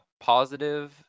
positive